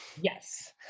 Yes